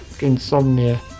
Insomnia